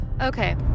Okay